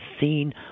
seen